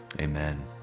amen